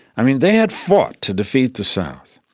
i mean, they had fought to defeat the south,